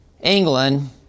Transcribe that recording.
England